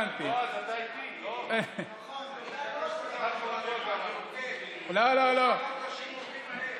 קודם אמר פה חבר הכנסת סמוטריץ' נגד הערבים,